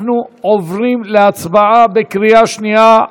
אנחנו עוברים להצבעה בקריאה שנייה,